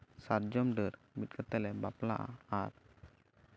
ᱥᱟᱨᱡᱚᱢ ᱰᱟᱹᱨ ᱵᱤᱫᱽ ᱠᱟᱛᱮᱫ ᱞᱮ ᱵᱟᱯᱞᱟᱜᱼᱟ ᱟᱨ